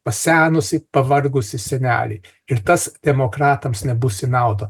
pasenusį pavargusį senelį ir tas demokratams nebus į naudą